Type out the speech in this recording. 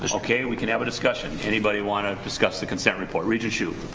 but okay, we can have a discussion. anybody wanna discuss the consent report? regent hsu.